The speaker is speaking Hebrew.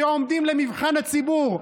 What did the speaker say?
שעומדים למבחן הציבור.